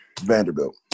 Vanderbilt